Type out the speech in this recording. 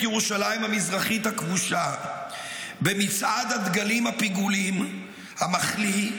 ירושלים המזרחית הכבושה במצעד הדגלים הפיגולים המחליא,